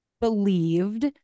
believed